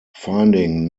finding